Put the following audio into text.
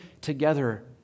together